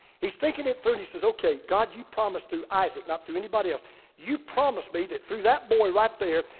he's thinking in thirty says, okay, god, you promised through isaac, not through anybody else. you promised me that through that boy right there.